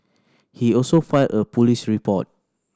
he also filed a police report